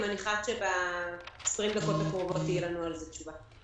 אני מניחה שב-20 הדקות הקרובות תהיה לנו על זה תשובה.